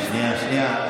שנייה.